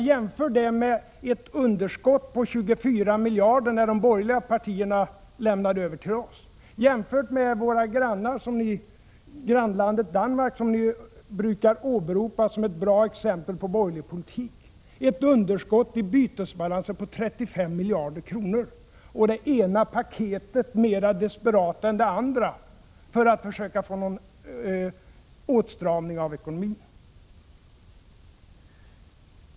Men jämför då med underskottet på 24 miljarder när de borgerliga partierna lämnade över till oss! Jämför med vårt grannland Danmark, som ni brukar åberopa som ett bra exempel på borgerlig politik! Man har där ett underskott i bytesbalansen på 35 miljarder kronor, och regeringen tillgriper det ena ”paketet” mera desperat än det andra för att försöka få någon åtstramning av ekonomin.